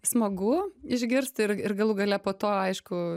smagu išgirst ir ir galų gale po to aišku